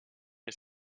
est